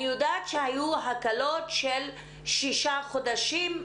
אני יודעת שהיו הקלות של 6 חודשים.